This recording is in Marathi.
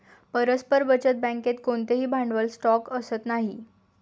परस्पर बचत बँकेत कोणतेही भांडवल स्टॉक असत नाही